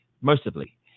mercifully